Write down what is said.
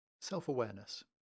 Self-awareness